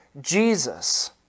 Jesus